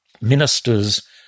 ministers